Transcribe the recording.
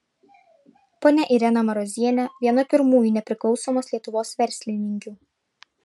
ponia irena marozienė viena pirmųjų nepriklausomos lietuvos verslininkių